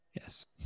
Yes